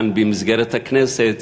כאן במסגרת הכנסת,